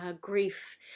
grief